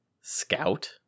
scout